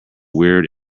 weird